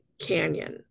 canyon